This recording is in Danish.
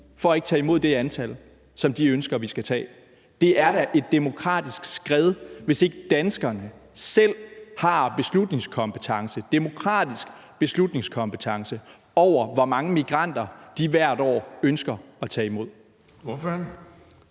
for ikke at tage imod det antal, som de ønsker at man skal tage. Det er da et demokratisk skred, hvis ikke danskerne selv har en demokratisk beslutningskompetence over, hvor mange migranter de hvert år ønsker at tage imod. Kl.